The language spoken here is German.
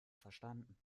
verstanden